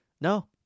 No